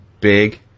big